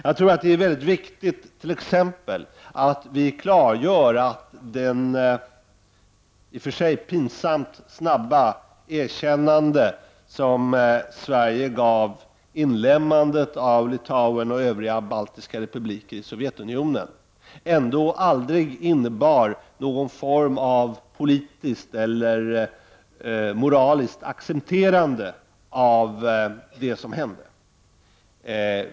Jag tror att det t.ex. är mycket viktigt att vi klargör att det i och för sig pinsamt snabba erkännande som Sverige gav inlemmandet av Litauen och Övriga baltiska republiker i Sovjetunionen ändå aldrig innebar någon form av politiskt eller moraliskt accepterande av det som hände.